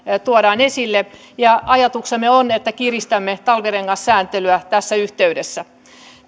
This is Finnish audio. tuodaan esille ja ajatuksemme on että kiristämme talvirengassääntelyä tässä yhteydessä